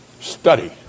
Study